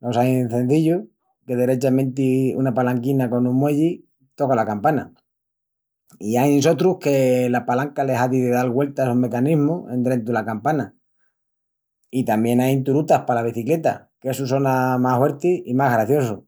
Los ain cenzillus, que derechamenti una palanquina con un muelli, toca la campana. I ain sotrus que la palanca le hazi de dal güeltas a un mecanismu endrentu la campana. I tamién ain turutas pala becicleta, qu'essu sona más huerti i más graciosu.